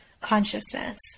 consciousness